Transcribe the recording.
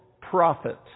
prophet